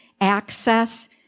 access